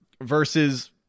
Versus